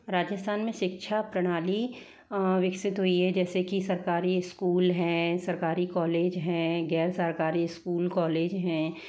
राजस्थान मे शिक्षा प्रणाली विकसित हुई है जैसे की सरकारी स्कूल हैं सरकारी कॉलेज हैं गैर सरकारी स्कूल कॉलेज हैं